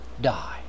die